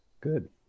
Good